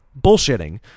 bullshitting